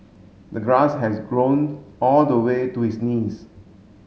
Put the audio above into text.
the grass has grown all the way to his knees